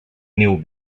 niu